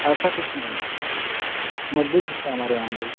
ऐसा कुछ नहीं है मजबूत जूता हमारे यहाँ है भाई